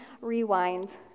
rewind